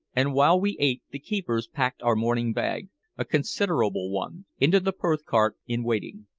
and while we ate the keepers packed our morning bag a considerable one into the perth-cart in waiting.